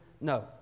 No